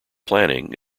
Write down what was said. planning